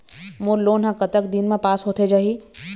मोर loan हा कतक दिन मा पास होथे जाही?